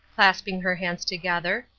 clasping her hands together,